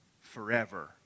forever